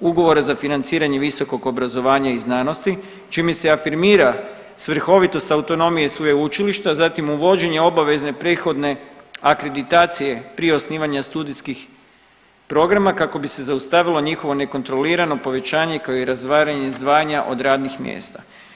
ugovora za financiranje visokog obrazovanja i znanosti čime se afirmira svrhovitost autonomije sveučilišta zatim uvođenje obavezne prethodne akreditacije prije osnivanja studijskih programa kako bi se zaustavilo njihovo nekontrolirano povećanje koje … izdvajanja od radnih mjesta.